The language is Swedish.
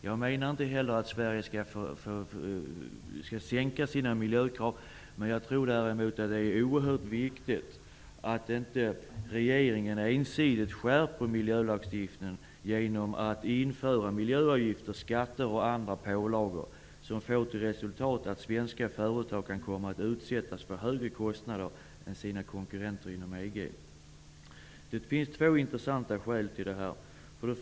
Inte heller jag menar att Sverige skall sänka sina miljökrav, men jag tror att det är oerhört viktigt att regeringen inte ensidigt skärper miljölagstiftningen genom att införa miljöavgifter, skatter och andra pålagor genom vilka svenska företag kan komma att utsättas för högre kostnader än sina konkurrenter inom EG. Det finns två intressanta skäl till en sådan inställning.